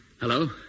Hello